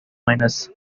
minus